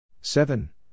Seven